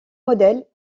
modèle